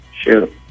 Shoot